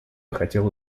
хотела